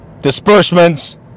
Disbursements